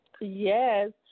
Yes